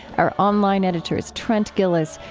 our online editor is trent gilliss,